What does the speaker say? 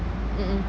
mmhmm